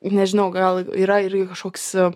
nežinau gal yra irgi kažkoks